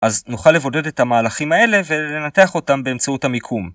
אז נוכל לבודד את המהלכים האלה ולנתח אותם באמצעות המיקום.